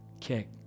kick